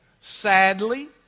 Sadly